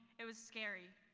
it was scary.